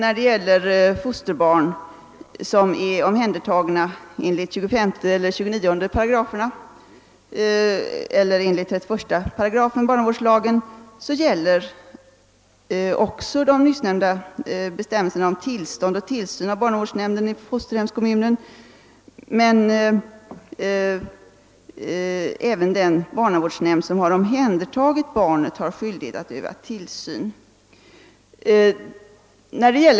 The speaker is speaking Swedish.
Beträffande fosterbarn som är omhändertagna enligt 25 och 29 § eller enligt 318 barnavårdslagen gäller också de nyssnämnda bestämmelserna om tillstånd och tillsyn av barnavårdsnämnden i fosterhemskommunen, men även den barnavårdsnämnd som har omhändertagit barnet har skyldighet att öva tillsyn.